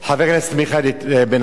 עושה מעל ומעבר.